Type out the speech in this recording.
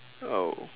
oh